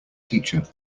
teacher